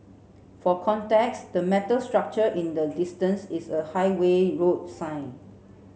for context the metal structure in the distance is a highway road sign